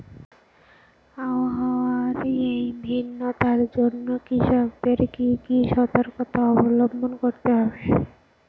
আবহাওয়ার এই ভিন্নতার জন্য কৃষকদের কি কি সর্তকতা অবলম্বন করতে হবে?